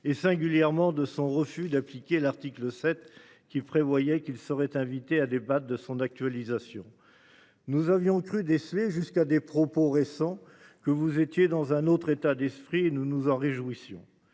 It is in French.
et singulièrement de son refus d'appliquer l'article 7 qui prévoyait qu'il serait invité à débattre de son actualisation. Nous avions cru déceler jusqu'à des propos récents que vous étiez dans un autre état d'esprit et nous nous en réjouissons